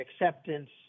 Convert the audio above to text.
acceptance